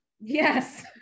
yes